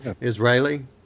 Israeli